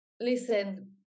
Listen